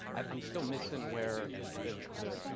i'm still missing where the the